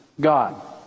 God